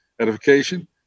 edification